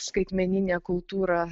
skaitmeninė kultūra